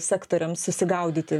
sektoriams susigaudyti